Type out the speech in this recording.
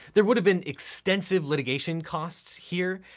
there would have been extensive litigation costs here.